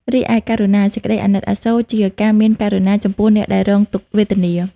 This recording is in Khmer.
រីឯករុណា សេចក្ដីអាណិតអាសូរជា ការមានករុណាចំពោះអ្នកដែលរងទុក្ខវេទនា។